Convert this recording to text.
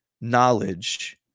knowledge